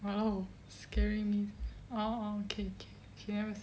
no scaring me oh oh K K K let me see